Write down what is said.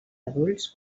adults